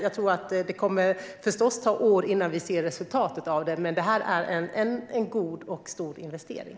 Det kommer förstås att ta flera år innan vi ser resultatet, men detta är en god och stor investering.